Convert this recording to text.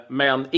men